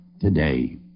today